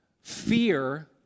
fear